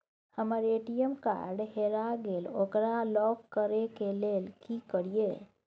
हमर ATM card हेरा गेल ओकरा लॉक करै के लेल की करियै?